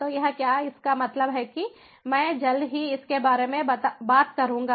तो यह क्या इसका मतलब है कि मैं जल्द ही इसके बारे में बात करूंगा